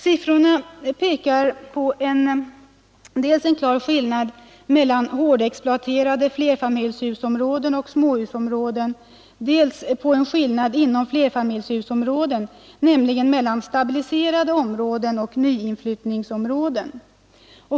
Siffrorna pekar dels på en klar skillnad mellan hårdexploaterade flerfamiljshusområden och småhusområden, dels på en skillnad inom flerfamiljshusområden, nämligen mellan stabiliserade områden och nyinflyttningsområden.